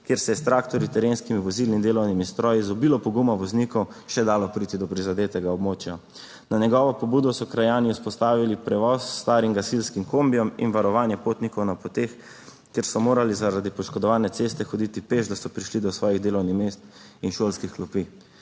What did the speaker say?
kjer se je s traktorji, terenskimi vozili in delovnimi stroji z obilo poguma voznikov še dalo priti do prizadetega območja. Na njegovo pobudo so krajani vzpostavili prevoz s starim gasilskim kombijem in varovanje potnikov na poteh, kjer so morali zaradi poškodovane ceste hoditi peš, da so prišli do svojih delovnih mest in šolskih klopi.